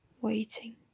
waiting